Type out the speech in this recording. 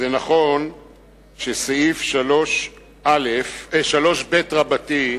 נכון שסעיף 3ב רבתי,